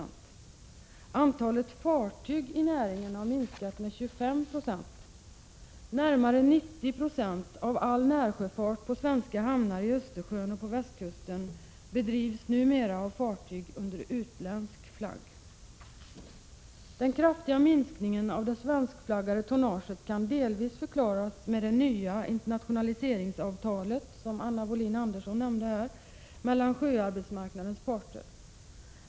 Närmare 90 96 av all närsjöfart på svenska hamnar i Östersjön och på västkusten bedrivs numera av fartyg under utländsk flagg. Den kraftiga minskningen av det svenskflaggade tonnaget kan delvis förklaras med det nya internationaliseringsavtalet som Anna Wohlin Andersson nämnde här mellan sjöarbetsmarknadens parter.